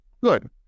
good